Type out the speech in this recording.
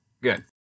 good